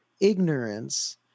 ignorance